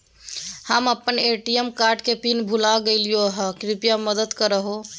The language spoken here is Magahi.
हम अप्पन ए.टी.एम कार्ड के पिन भुला गेलिओ हे कृपया मदद कर हो